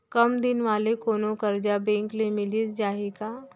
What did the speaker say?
कम दिन वाले कोनो करजा बैंक ले मिलिस जाही का?